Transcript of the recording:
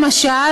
למשל,